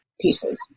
pieces